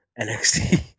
NXT